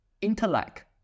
Intellect